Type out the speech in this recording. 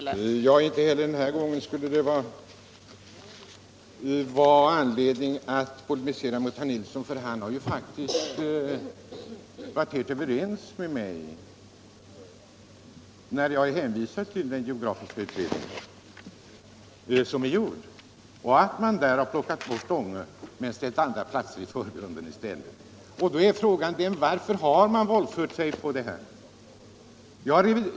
Fru talman! Inte heller den här gången har jag anledning att polemisera mot herr Nilsson i Östersund. Han har faktiskt helt bekräftat vad jag sade om den geografiska utredning som gjorts och att man där plockat bort Ånge och ställt andra platser i förgrunden i stället. Då är frågan: Varför har man våldfört sig på den ordningen?